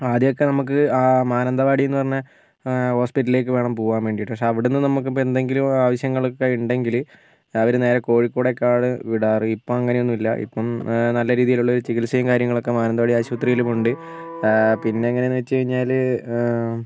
ആദ്യമൊക്കെ നമുക്ക് ആ മാനന്തവാടി എന്ന് പറയുന്ന ഹോസ്പിറ്റലിലേക്ക് വേണം പോകാൻ വേണ്ടീട്ട് പക്ഷേ ഇവിടുന്ന് നമുക്ക് എന്തെങ്കിലും ആവിശ്യങ്ങൾ ഒക്കെ ഉണ്ടെങ്കിൽ അവർ നേരെ കോഴിക്കോടേക്ക് ആണ് വിടാറ് ഇപ്പം അങ്ങനെ ഒന്നുമില്ല ഇപ്പം നല്ല രീതിയിൽ ഉള്ള ഒരു ചികിത്സയും കാര്യങ്ങളും ഒക്കെ മാനന്തവാടി ആശുപത്രിയിലും ഉണ്ട് പിന്നെ എങ്ങനേന്ന് വെച്ച് കഴിഞ്ഞാൽ